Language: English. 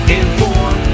inform